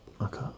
Okay